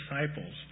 disciples